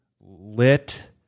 Lit